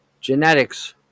genetics